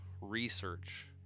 research